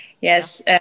yes